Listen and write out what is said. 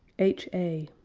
h a.